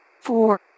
Four